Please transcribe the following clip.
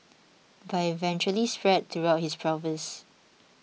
but it eventually spread throughout his pelvis